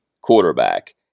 quarterback